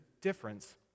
difference